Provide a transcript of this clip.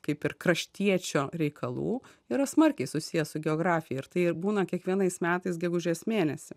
kaip ir kraštiečio reikalų yra smarkiai susijęs su geografija ir tai ir būna kiekvienais metais gegužės mėnesį